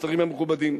השרים המכובדים,